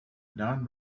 non